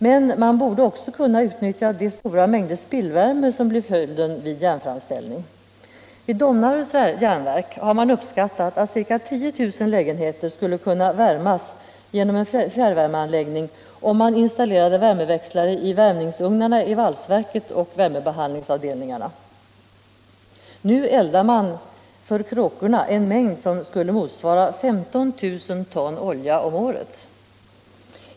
Men man borde också kunna utnyttja de stora mängder spillvärme som blir följden vid järnframställning. Vid Domnarvets Jernverk har man uppskattat att ca 10 000 lägenheter skulle kunna värmas genom en fjärrvärmeanläggning, om man installerade värmeväxlare i värmningsugnarna i valsverket och värmebehandlingsavdelningarna. Nu eldar man för kråkorna en mängd som skulle motsvara 15 000 ton olja om året.